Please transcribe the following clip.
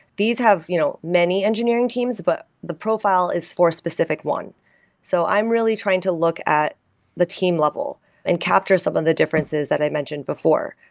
these have you know many many engineering teams, but the profile is for a specific one so i'm really trying to look at the team level and capture some of the differences that i mentioned before.